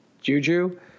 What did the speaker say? Juju